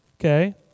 Okay